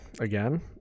again